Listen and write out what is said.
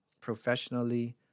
Professionally